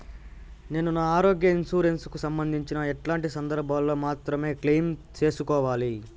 నేను నా ఆరోగ్య ఇన్సూరెన్సు కు సంబంధించి ఎట్లాంటి సందర్భాల్లో మాత్రమే క్లెయిమ్ సేసుకోవాలి?